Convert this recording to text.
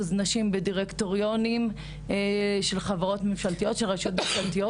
נשים בדירקטוריונים של רשויות ממשלתיות.